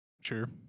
Sure